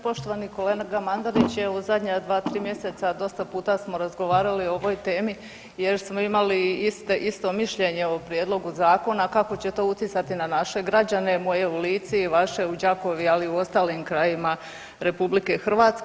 Poštovani kolega Mandarić evo zadnja 2-3 mjeseca dosta puta smo razgovarali o ovoj temi jer smo imali iste, isto mišljenje o prijedlogu zakona kako će to utjecati na naše građane, moje u Lici i vaše u Đakovu, ali i u ostalim krajevima RH.